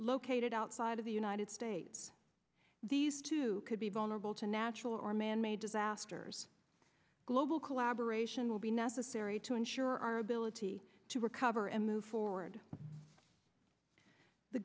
located outside of the united states these two could be vulnerable to natural or manmade disasters global collaboration will be necessary to ensure our ability to recover and move forward the